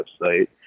website